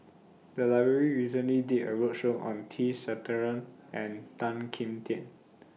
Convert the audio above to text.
The Library recently did A roadshow on T Sasitharan and Tan Kim Tian